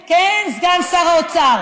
כן, כן, סגן שר האוצר.